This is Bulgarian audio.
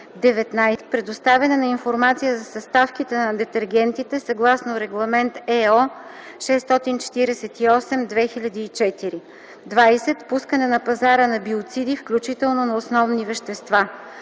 19. предоставяне на информация за съставките на детергентите съгласно Регламент (ЕО) № 648/2004; 20. пускане на пазара на биоциди, включително на основни вещества;